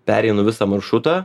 pereinu visą maršrutą